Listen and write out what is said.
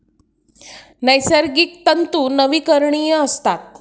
नैसर्गिक तंतू नवीकरणीय असतात